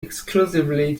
exclusively